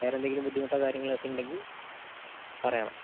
വേറെ എന്തെങ്കിലും ബുദ്ധിമുട്ടൊ കാര്യങ്ങളൊക്കെ ഉണ്ടെങ്കിൽ പറയണം